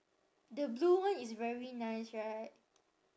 the blue one is very nice right